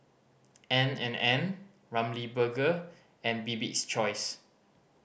N and N Ramly Burger and Bibik's Choice